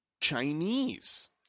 Chinese